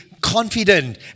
confident